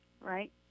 right